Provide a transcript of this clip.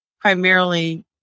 primarily